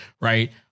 Right